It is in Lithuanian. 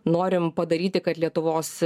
norim padaryti kad lietuvos